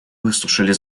выслушали